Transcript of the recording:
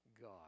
God